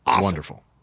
wonderful